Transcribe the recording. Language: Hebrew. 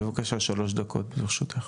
בבקשה שלוש דקות ברשותך.